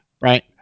right